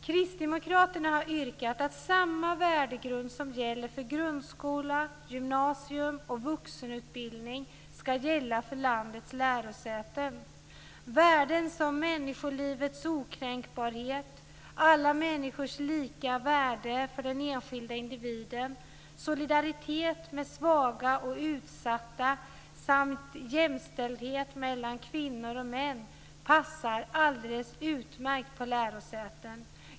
Kristdemokraterna har yrkat att samma värdegrund som gäller för grundskola, gymnasium och vuxenutbildning också ska gälla för landets lärosäten. Värden som människolivets okränkbarhet, alla människors lika värde för den enskilde individen, solidaritet med svaga och utsatta samt jämställdhet mellan kvinnor och män passar alldeles utmärkt på lärosäten.